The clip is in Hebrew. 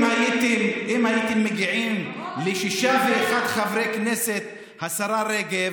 אם הייתם מגיעים ל-61 חברי כנסת, השרה רגב,